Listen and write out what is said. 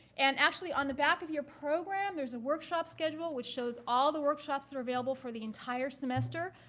and actually, on the back of your program, there's a workshop schedule which shows all the workshops that are available for the entire semester.